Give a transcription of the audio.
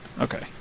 Okay